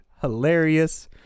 hilarious